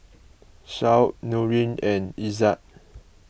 Shoaib Nurin and Izzat